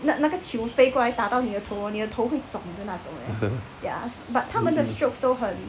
mmhmm